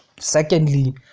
Secondly